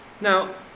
Now